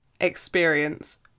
experience